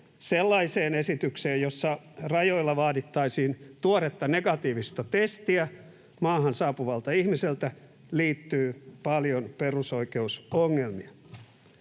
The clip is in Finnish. sellaiseen esitykseen, jossa rajoilla vaadittaisiin tuoretta negatiivista testiä maahan saapuvalta ihmiseltä, liittyy paljon perusoikeusongelmia.